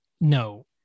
no